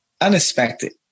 unexpected